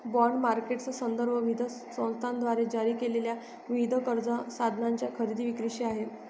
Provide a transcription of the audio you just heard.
bond मार्केटचा संदर्भ विविध संस्थांद्वारे जारी केलेल्या विविध कर्ज साधनांच्या खरेदी विक्रीशी आहे